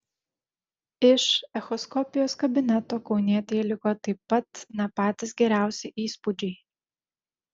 iš echoskopijos kabineto kaunietei liko taip pat ne patys geriausi įspūdžiai